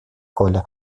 коля